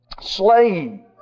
slain